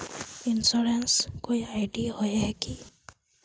Insurance कोई ID होय है की?